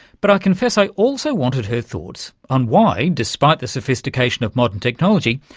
but i confess i also wanted her thoughts on why, despite the sophistication of modern technology,